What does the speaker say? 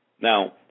Now